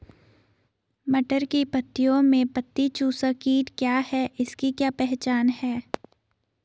मटर की पत्तियों में पत्ती चूसक कीट क्या है इसकी क्या पहचान है?